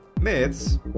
myths